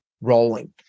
rolling